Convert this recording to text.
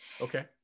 Okay